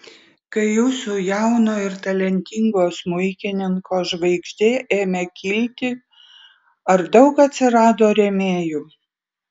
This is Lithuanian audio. kai jūsų jauno ir talentingo smuikininko žvaigždė ėmė kilti ar daug atsirado rėmėjų